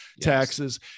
taxes